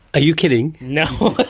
you kidding? no,